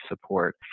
support